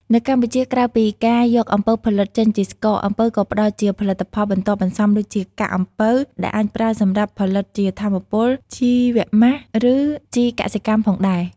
នៅកម្ពុជា ក្រៅពីការយកអំពៅផលិតចេញជាស្ករ អំពៅក៏ផ្ដល់ជាផលិតផលបន្ទាប់បន្សំដូចជា កាកអំពៅ ដែលអាចប្រើសម្រាប់ផលិតជាថាមពល ជីវម៉ាស់ ឬជីកសិកម្មផងដែរ។